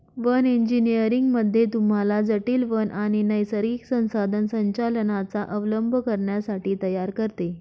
one इंजीनियरिंग मध्ये तुम्हाला जटील वन आणि नैसर्गिक संसाधन संचालनाचा अवलंब करण्यासाठी तयार करते